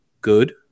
good